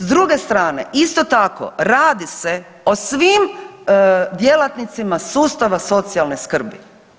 S druge strane, isto tako, radi se o svim djelatnicima sustava socijalne skrbi.